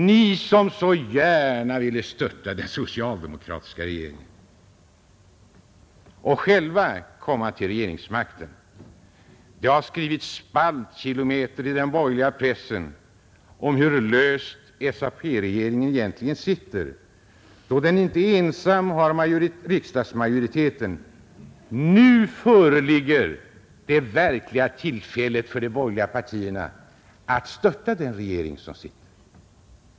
Ni som så gärna ville störta den socialdemokratiska regeringen och själva komma till regeringsmakten! Det har skrivits spaltkilometer i den borgerliga pressen om hur löst SAP-regeringen sitter då den inte ensam innehar riksdagsmajoriteten. Nu föreligger det verkliga tillfället för de borgerliga partierna att störta den regering som sitter.